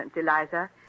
Eliza